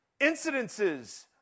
incidences